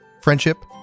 friendship